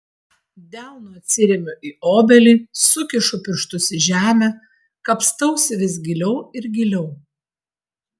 delnu atsiremiu į obelį sukišu pirštus į žemę kapstausi vis giliau ir giliau